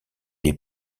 est